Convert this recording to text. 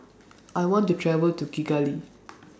I want to travel to Kigali